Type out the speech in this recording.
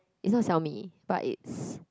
it's not Xiaomi but it's